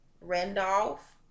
randolph